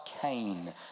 Cain